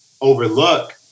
overlook